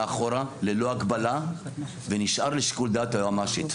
אחורה ללא הגבלה ונשאר לשיקול דעת היועמ"שית.